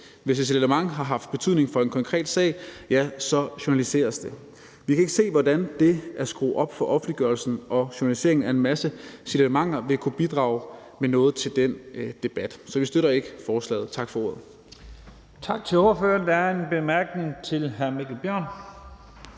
Hvis et signalement har haft betydning for en konkret sag, så journaliseres det. Vi kan ikke se, hvordan det at skrue op for offentliggørelsen og journaliseringen af en masse signalementer vil kunne bidrage til noget til den debat. Så vi støtter ikke forslaget. Tak for ordet.